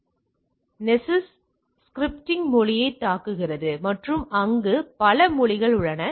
எனவே நெஸ்ஸஸ் ஸ்கிரிப்டிங் மொழியைத் தாக்குகிறது மற்றும் அங்கு பல மொழிகள் உள்ளன